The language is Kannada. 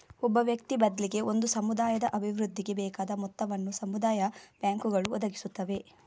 ಒಬ್ಬ ವ್ಯಕ್ತಿ ಬದ್ಲಿಗೆ ಒಂದು ಸಮುದಾಯದ ಅಭಿವೃದ್ಧಿಗೆ ಬೇಕಾದ ಮೊತ್ತವನ್ನ ಸಮುದಾಯ ಬ್ಯಾಂಕುಗಳು ಒದಗಿಸುತ್ತವೆ